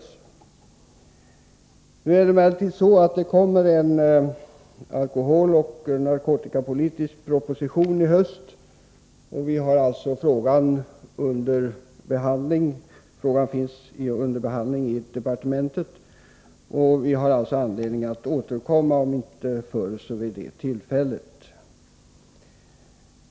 I höst kommer det emellertid att läggas fram en alkoholoch narkotikapolitisk proposition. Frågan behandlas alltså i departementet. Vi återkommer således, om inte förr så i höst.